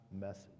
message